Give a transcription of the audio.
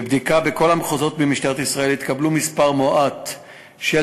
בבדיקה בכל המחוזות במשטרת ישראל התקבל מספר מועט של